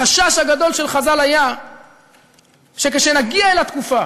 החשש הגדול של חז"ל היה שכשנגיע אל התקופה